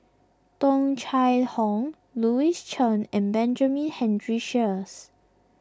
Tung Chye Hong Louis Chen and Benjamin Henry Sheares